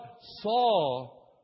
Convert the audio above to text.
saw